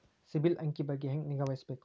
ಸಿಬಿಲ್ ಅಂಕಿ ಬಗ್ಗೆ ಹೆಂಗ್ ನಿಗಾವಹಿಸಬೇಕು?